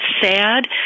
sad